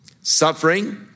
suffering